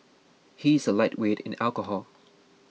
he is a lightweight in alcohol